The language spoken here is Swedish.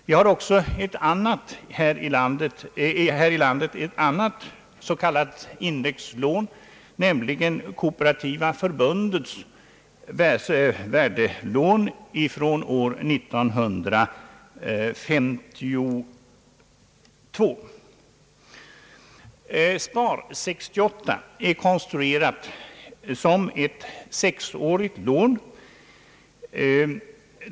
Vidare har Kooperativa förbundet ett indexlån från år 1952. Spar 68 är konstruerat som ett sexårigt lån.